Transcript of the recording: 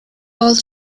all